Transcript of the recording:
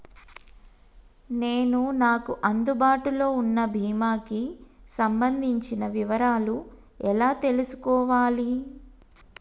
నేను నాకు అందుబాటులో ఉన్న బీమా కి సంబంధించిన వివరాలు ఎలా తెలుసుకోవాలి?